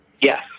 Yes